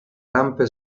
rampe